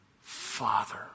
father